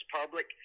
public